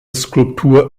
skulptur